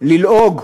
ללעוג